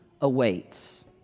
awaits